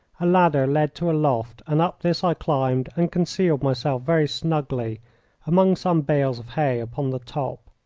a ladder led to a loft, and up this i climbed and concealed myself very snugly among some bales of hay upon the top.